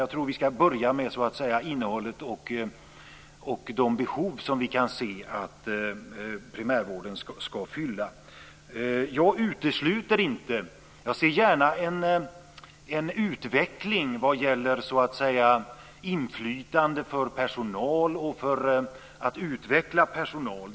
Jag tror att vi så att säga ska börja med innehållet och de behov som vi kan se att primärvården ska fylla. Jag utesluter inte utan ser gärna en utveckling vad gäller inflytande för personal och för att utveckla personal.